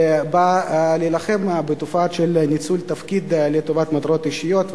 שבאה להילחם בתופעה של ניצול תפקיד לטובת מטרות אישיות.